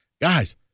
Guys